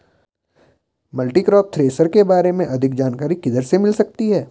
Multicrop thresher के बारे में अधिक जानकारी किधर से मिल सकती है?